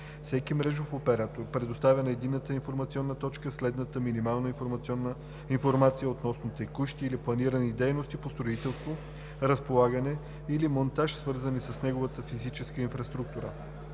всеки мрежов оператор предоставя на Единната информационна точка следната минимална информация относно текущи или планирани дейности по строителство, разполагане или монтаж, свързани с неговата физическа инфраструктура: